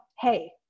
Hey